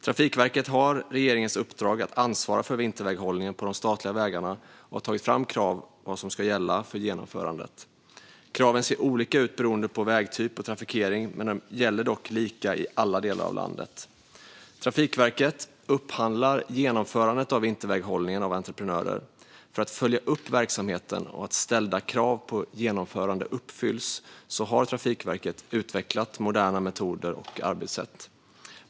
Trafikverket har regeringens uppdrag att ansvara för vinterväghållningen på de statliga vägarna och har tagit fram krav för vad som ska gälla för genomförandet. Kraven ser olika ut beroende på vägtyp och trafikering, men de gäller dock lika i alla delar av landet. Trafikverket upphandlar genomförandet av vinterväghållningen av entreprenörer. För att följa upp verksamheten och att ställda krav på genomförande uppfylls har Trafikverket utvecklat moderna metoder och arbetssätt.